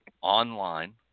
online